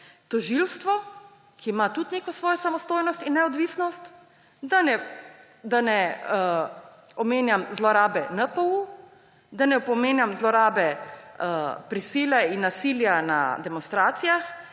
tožilstvo, ki ima tudi neko svojo samostojnost in neodvisnost, da ne omenjam zlorabe NPU, da ne omenjam zlorabe prisile in nasilja na demonstracijah,